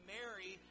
Mary